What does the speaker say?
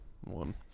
one